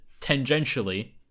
tangentially